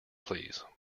please